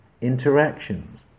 interactions